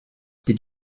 did